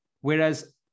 whereas